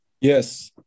Yes